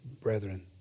brethren